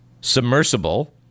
submersible